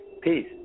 Peace